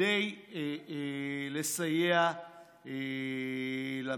כדי לסייע למשק.